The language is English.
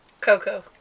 Coco